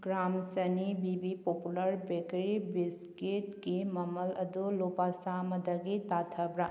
gram ꯆꯅꯤ B B popular bakery ꯕꯤꯁꯀꯤꯠꯀꯤ ꯃꯃꯜ ꯑꯗꯨ ꯂꯨꯄꯥ ꯆꯥꯃꯗꯒꯤ ꯇꯥꯊꯕ꯭ꯔꯥ